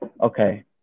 Okay